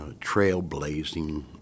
trailblazing